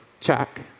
Check